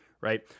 right